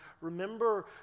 remember